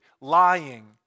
lying